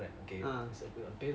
ah